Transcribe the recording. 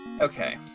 Okay